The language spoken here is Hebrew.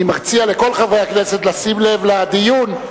אני מציע לכל חברי הכנסת לשים לב לדיון,